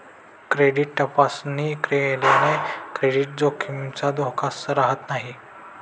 credit तपासणी केल्याने credit जोखमीचा धोका राहत नाही